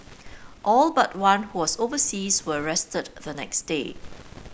all but one who was overseas were rearrested the next day